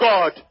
God